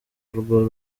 urwo